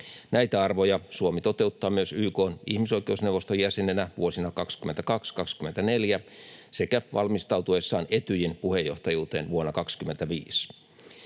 Näitä arvoja Suomi toteuttaa myös YK:n ihmisoikeusneuvoston jäsenenä vuosina 22—24 sekä valmistautuessaan Etyjin puheenjohtajuuteen vuonna 25.